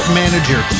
manager